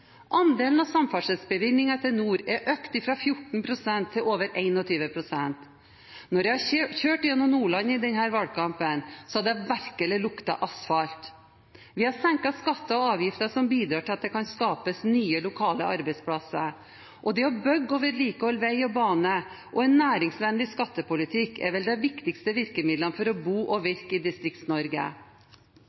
Andelen av samferdselsbevilgninger til nord er økt fra 14 pst. til over 21 pst. Når jeg har kjørt gjennom Nordland i denne valgkampen, har det virkelig luktet asfalt. Vi har senket skatter og avgifter, som bidrar til at det kan skapes nye lokale arbeidsplasser. Det å bygge og vedlikeholde vei og bane og ha en næringsvennlig skattepolitikk er vel de viktigste virkemidlene for å bo og virke i